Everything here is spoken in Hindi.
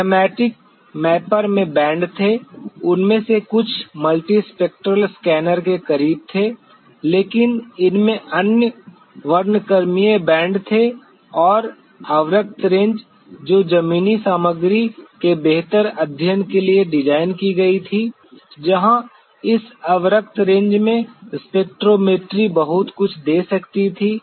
थैमैटिक मैपर में बैंड थे उनमें से कुछ मल्टीस्पेक्ट्रल स्कैनर के करीब थे लेकिन इसमें अन्य वर्णक्रमीय बैंड थे और अवरक्त रेंज जो जमीनी सामग्री के बेहतर अध्ययन के लिए डिज़ाइन की गई थी जहां इस अवरक्त रेंज में स्पेक्ट्रोमेट्री बहुत कुछ दे सकती थी